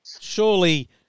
surely